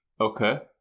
Okay